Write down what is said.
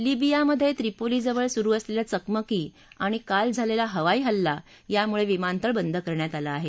लिबियामधे त्रिपोलीजवळ सुरु असलेल्या चकमकी आणि काल झालेला हवाई हल्ला यामुळे विमानतळ बंद करण्यात आला आहे